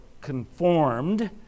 conformed